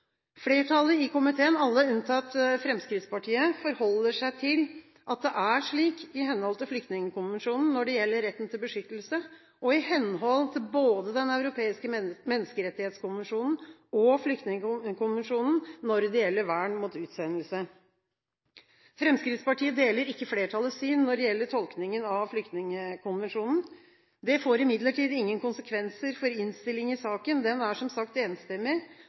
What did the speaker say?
Flertallet i komiteen, alle unntatt Fremskrittspartiet, forholder seg til at det er slik i henhold til Flyktningkonvensjonen når det gjelder retten til beskyttelse, og i henhold til både Den europeiske menneskerettighetskonvensjonen og Flyktningkonvensjonen når det gjelder vern mot utsendelse. Fremskrittspartiet deler ikke flertallets syn når det gjelder tolkningen av Flyktningkonvensjonen. Det får imidlertid ingen konsekvenser for innstillingen i saken. Den er som sagt enstemmig.